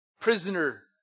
Prisoner